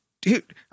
Dude